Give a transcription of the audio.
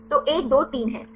तो 1 2 3 है सही